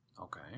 okay